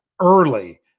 early